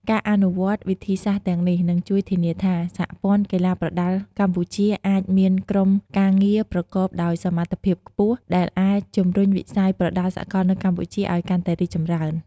ការអនុវត្តវិធីសាស្ត្រទាំងនេះនឹងជួយធានាថា សហព័ន្ធកីឡាប្រដាល់កម្ពុជាអាច មានក្រុមការងារប្រកបដោយសមត្ថភាពខ្ពស់ ដែលអាចជំរុញវិស័យប្រដាល់សកលនៅកម្ពុជាឲ្យកាន់តែរីកចម្រើន។